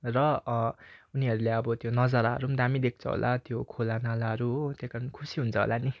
र उनीहरूले अब त्यो नजाराहरू पनि दामी देख्छ होला त्यो खोला नालाहरू हो त्यहीकारण खुसी हुन्छ होला नि